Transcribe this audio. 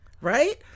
Right